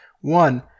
One